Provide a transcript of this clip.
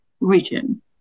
region